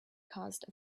caused